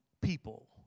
people